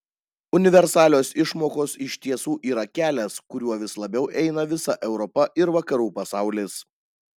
universalios išmokos iš tiesų yra kelias kuriuo vis labiau eina visa europa ir vakarų pasaulis